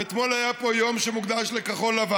ואתמול היה פה יום שמוקדש לכחול-לבן.